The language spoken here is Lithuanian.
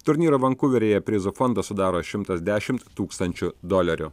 turnyro vankuveryje prizų fondą sudaro šimtas dešimt tūkstančių dolerių